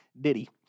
Diddy